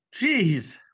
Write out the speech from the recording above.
Jeez